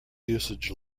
usage